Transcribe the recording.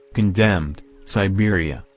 condemned, siberia,